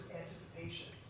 anticipation